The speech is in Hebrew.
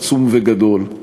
עצום וגדול,